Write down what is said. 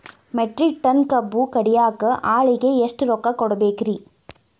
Metric ton ಕಬ್ಬು ಕಡಿಯಾಕ ಆಳಿಗೆ ಎಷ್ಟ ರೊಕ್ಕ ಕೊಡಬೇಕ್ರೇ?